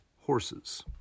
Horses